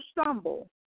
stumble